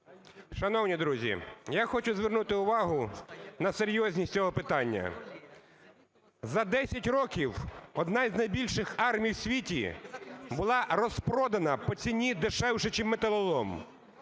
Шановні друзі! Я хочу звернути увагу на серйозність цього питання. За 10 років одна з найбільших армій в світі була розпродана по ціні дешевше чим металолом.